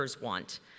want